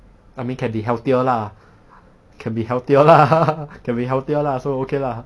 I mean can be healthier lah can be healthier lah can be healthier lah so okay lah